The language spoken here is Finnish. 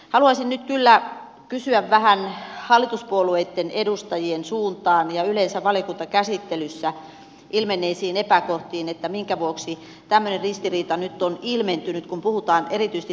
haluaisin nyt kyllä esittää kysymyksen vähän hallituspuolueitten edustajien suuntaan ja yleensä valiokuntakäsittelyssä ilmenneistä epäkohdista että minkä vuoksi tämmöinen ristiriita nyt on ilmentynyt kansanedustajien välillä kun puhutaan erityisesti turvallisuudesta